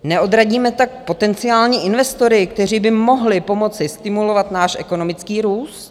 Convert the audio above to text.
Neodradíme tak potenciální investory, kteří by mohli pomoci stimulovat náš ekonomický růst?